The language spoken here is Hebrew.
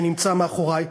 שנמצא מאחורי.